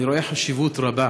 אני רואה חשיבות רבה